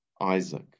Isaac